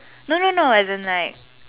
no no no as in like